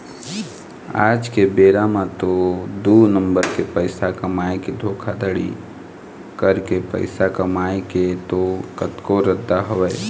आज के बेरा म तो दू नंबर के पइसा कमाए के धोखाघड़ी करके पइसा कमाए के तो कतको रद्दा हवय